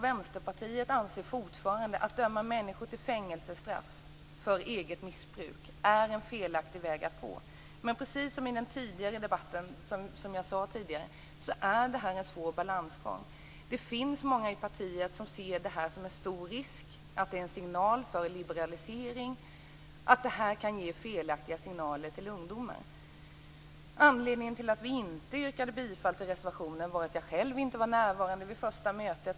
Vänsterpartiet anser fortfarande att det är en felaktig väg att döma människor till fängelsestraff för eget missbruk. Men precis som jag tidigare sade är detta en svår balansgång. Det finns många i partiet som anser att detta är en signal om liberalisering och att det kan ge felaktiga signaler till ungdomen. Anledningen till att vi inte yrkade bifall till reservationen var att jag själv inte var närvarande vid första mötet.